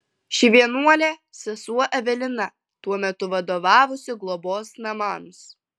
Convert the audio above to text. ši vienuolė sesuo evelina tuo metu vadovavusi globos namams